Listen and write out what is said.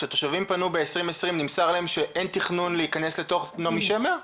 כשהתושבים פנו ב-2020 נמסר להם שאין תכנון להכנס לתוך נעמי שמר?